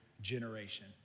generation